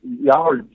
y'all